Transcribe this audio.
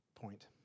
point